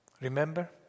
Remember